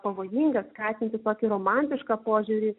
pavojinga skatinti tokį romantišką požiūrį